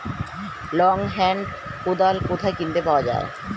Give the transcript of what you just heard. Long hand কোদাল কোথায় কিনতে পাওয়া যায়?